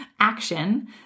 action